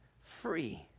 free